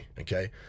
Okay